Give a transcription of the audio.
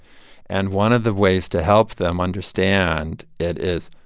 and one of the ways to help them understand it is,